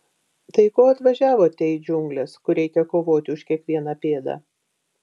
tai ko atvažiavote į džiungles kur reikia kovoti už kiekvieną pėdą